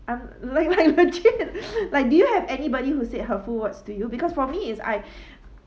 I'm like like do you have anybody who said hurtful words to you because for me is I